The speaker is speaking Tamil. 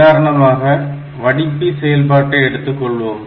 உதாரணமாக வடிப்பி செயல்பாட்டை எடுத்துக்கொள்வோம்